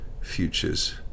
futures